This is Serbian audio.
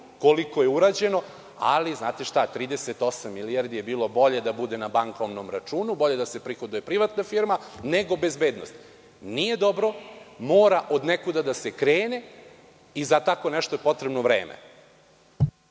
koliko je urađeno, ali znate šta, 38 milijardi je bilo bolje da bude na bankovnom računu, bolje da se prihoduje privatna firma nego bezbednost. Nije dobro, mora odnekuda da se krene i za tako nešto potrebno je vreme.